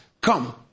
Come